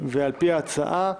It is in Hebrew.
ועל פי ההצעה,